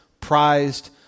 prized